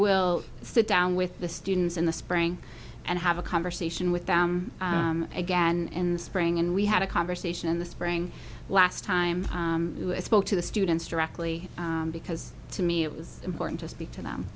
will sit down with the students in the spring and have a conversation with them again in the spring and we had a conversation in the spring last time i spoke to the students directly because to me it was important to speak to them